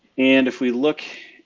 and if we look